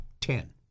ten